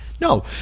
No